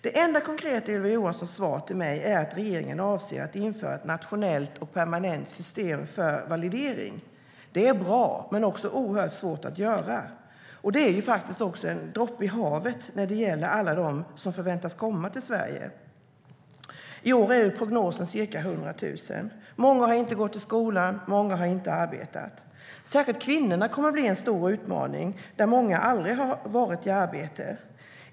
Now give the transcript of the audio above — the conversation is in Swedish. Det enda konkreta i Ylva Johanssons svar till mig är att regeringen avser att införa ett nationellt och permanent system för validering. Det är bra, men också oerhört svårt att genomföra. Det är ju en droppe i havet när det gäller alla som förväntas komma till Sverige. I år är prognosen ca 100 000. Många har inte gått i skola, och många har inte arbetat. Särskilt kvinnorna kommer att bli en stor utmaning eftersom många av dem aldrig har varit i arbete.